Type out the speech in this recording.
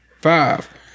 Five